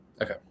okay